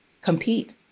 compete